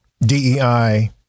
DEI